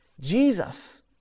Jesus